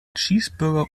cheeseburger